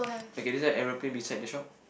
okay there's one aeroplane beside the shop